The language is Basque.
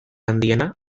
handiena